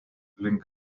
link